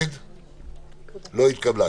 הרוויזיה לא התקבלה.